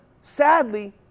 sadly